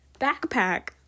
backpack